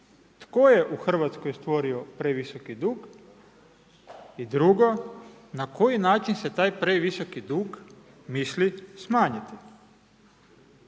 tko je u RH stvorio previsoki dug i drugo, na koji način se taj previsoki dug misli smanjiti?